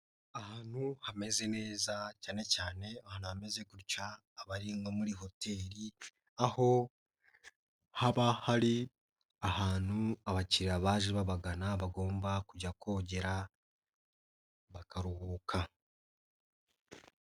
Ahantu hameze neza cyane cyane ahantu hameze gutya haba ari nko muri hoteli aho haba hari ahantu abakiriya baje babagana bagomba kujya kongera bakaruhuka.